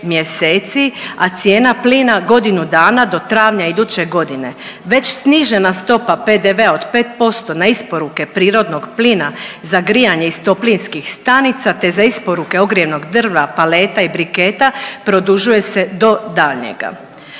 a cijena plina godinu dana do travnja iduće godine. Već snižena stopa PDV-a od 5% na isporuke prirodnog plina za grijanje iz toplinskih stanica te za isporuke ogrjevnog drva, paleta i briketa produžuje se do daljnjega.